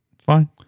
Fine